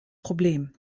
problem